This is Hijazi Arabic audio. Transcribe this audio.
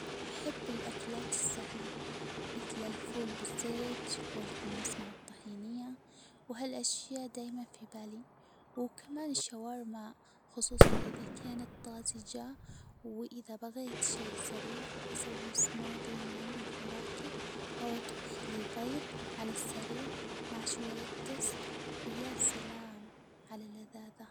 أحب الأكلات السهلة مثل الفول بالزيت و الحمص مع الطحينية ، و ها الأشياء دايماً في بالي، وكمان الشاورما خصوصاً إذا كانت طازجة، وإذا بغيت شي سريع أسوي سموزي من الفواكة ، أو أطبخلي بيض على السريع مع شوية توست، ويا سلام علي اللذاذة.